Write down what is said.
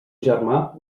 germà